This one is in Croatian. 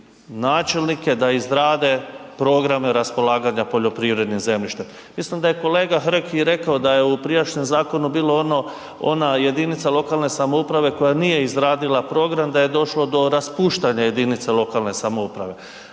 načelnike da izrade programe raspolaganja poljoprivrednim zemljištem. Mislim da je kolega Hrg i rekao da je u prijašnjem zakonu bilo ono, ona jedinica lokalne samouprave koja nije izradila program da je došlo do raspuštanja jedinice lokalne samouprave,